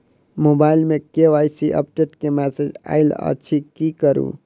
Mobile मे KYC update केँ message आइल अछि की करू?